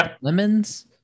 Lemons